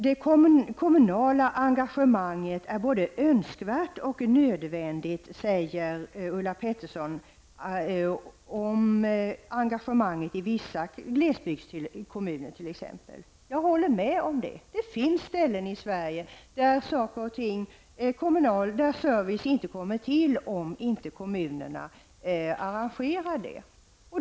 Det kommunala engagemanget i vissa glesbygdskommuner är både önskvärt och nödvändigt säger Ulla Pettersson. Jag håller med om detta. Det finns ställen i Sverige, där servicen inte kommer till stånd om inte kommunerna ordnar den.